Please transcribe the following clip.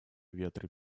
ветры